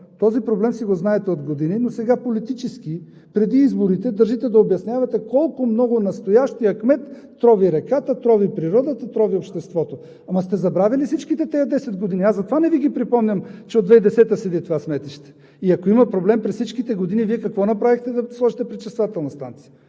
този проблем си го знаете от години, но сега политически, преди изборите държите да обяснявате колко много настоящият кмет трови реката, трови природата, трови обществото, ама сте забравили всичките тези 10 години. Затова не Ви припомням, че от 2010 г. стои това сметище. И ако има проблем през всички години Вие, какво направихте, за да сложите пречиствателна станция?